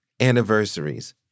anniversaries